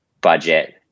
budget